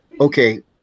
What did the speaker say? okay